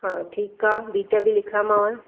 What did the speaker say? हा ठीक आहे बीट बि लिखियामांव